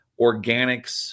Organics